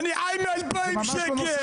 אני חי מ-2,000 שקל.